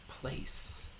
Place